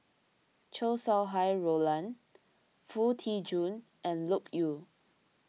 Chow Sau Hai Roland Foo Tee Jun and Loke Yew